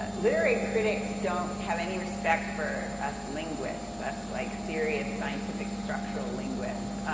ah literary critics don't have any respect for us linguists, us, like serious, scientific, structural linguists.